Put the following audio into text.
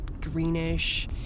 greenish